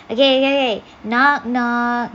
okay okay okay knock knock